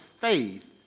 faith